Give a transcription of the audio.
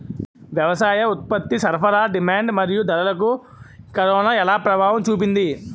వ్యవసాయ ఉత్పత్తి సరఫరా డిమాండ్ మరియు ధరలకు కరోనా ఎలా ప్రభావం చూపింది